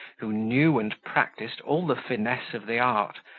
who knew and practised all the finesse of the art,